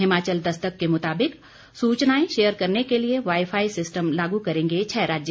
हिमाचल दस्तक के मुताबिक सूचनाएं शेयर करने के लिए वाई फाई सिस्टम लागू करेंगे छह राज्य